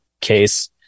case